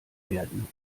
werden